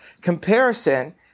comparison